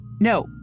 No